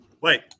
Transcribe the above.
Wait